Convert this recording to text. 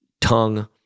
tongue